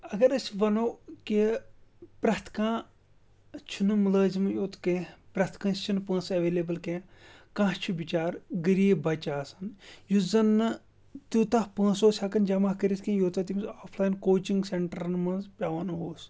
اَگر أسۍ وَنو کہِ پرٛٮ۪تھ کانٛہہ چھُنہٕ مُلٲزمٕے یوت کیٚنٛہہ پرٛٮ۪تھ کٲنٛسہِ چھِنہٕ پٲنٛسہٕ اٮ۪وٮ۪لیبٕل کیٚنٛہہ کانٛہہ چھُ بِچار غریب بَچہٕ آسان یُس زَن نہٕ تیوٗتاہ پونٛسہٕ اوس ہٮ۪کان جمع کٔرٕتھ کِہیٖنۍ یوٗتاہ تٔمِس آف لایِن کوچِنٛگ سٮ۪نٹَرَن منٛز پٮ۪وان اوس